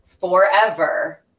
forever